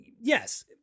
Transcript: yes